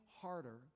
harder